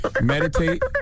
meditate